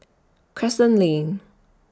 Crescent Lane